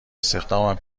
استخدامم